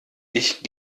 ich